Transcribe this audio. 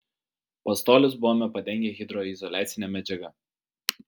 pastolius buvome padengę hidroizoliacine medžiaga